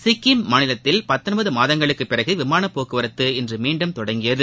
சிக்கிம் மாநிலத்தில் பத்தொன்பது மாதங்களுக்குப் பிறகு விமானப் போக்குவரத்து இன்று மீண்டும் தொடங்கியது